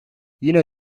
yine